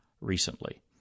recently